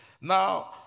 Now